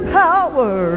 power